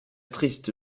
triste